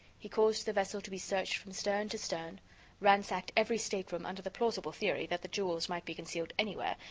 he caused the vessel to be searched from stern to stern ransacked every stateroom under the plausible theory that the jewels might be concealed anywhere,